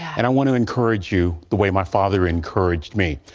and i want to encourage you the way my father encouraged me.